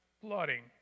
flooding